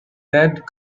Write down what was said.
ted